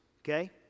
okay